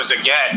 again